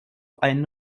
einen